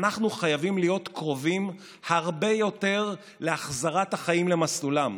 אנחנו חייבים להיות קרובים הרבה יותר להחזרת החיים למסלולם.